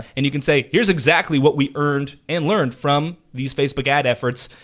and you can say, here's exactly what we earned and learned from these facebook ad efforts,